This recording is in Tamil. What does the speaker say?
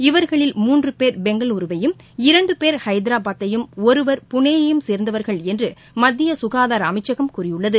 இவர்களில் மூன்று பேர் பெங்களூருவையும் இரண்டு பேர் ஹைதராபாத்தையும் ஒருவர் புனே யையும் சேர்ந்தவர்கள் என்று மத்திய சுகாதார அமைச்சகம் கூறியுள்ளது